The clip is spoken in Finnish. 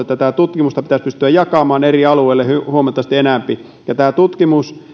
tätä tutkimusta pitäisi pystyä jakamaan eri alueille huomattavasti enempi ja tämä tutkimus